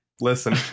Listen